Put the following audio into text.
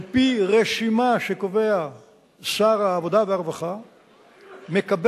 על-פי רשימה ששר העבודה והרווחה קובע,